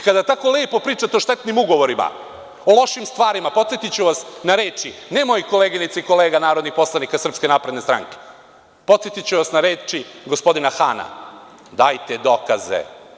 Kada tako lepo pričate o štetnim ugovorima, o lošim stvarima, podsetiću vas na reči ne mojih koleginica i kolega narodnih poslanika SNS, podsetiću vas na reči gospodina Hana – dajte dokaze.